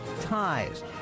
ties